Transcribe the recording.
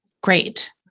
great